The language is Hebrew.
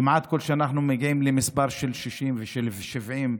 אנחנו כמעט מגיעים ל-60 ו-70,